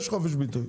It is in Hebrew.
יש חופש ביוטי.